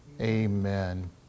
Amen